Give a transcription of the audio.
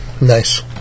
Nice